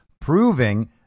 proving